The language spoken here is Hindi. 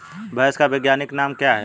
भैंस का वैज्ञानिक नाम क्या है?